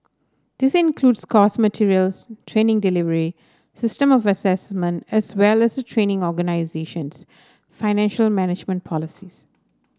decide includes course materials training delivery system of assessment as well as training organisation's financial management policies